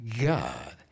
God